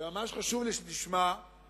וממש חשוב לי שתשמע, אני